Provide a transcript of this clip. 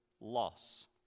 loss